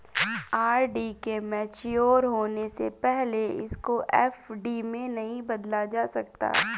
RD के mature होने से पहले इसको एफ.डी में नहीं बदला जा सकता